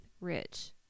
rich